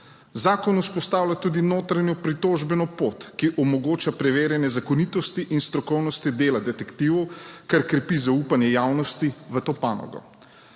Zakon vzpostavlja tudi notranjo pritožbeno pot, ki omogoča preverjanje zakonitosti in strokovnosti dela detektivov, kar krepi zaupanje javnosti v to panogo.